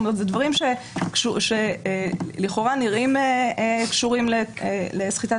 זה דברים שלכאורה נראים קשורים לסחיטת